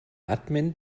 admin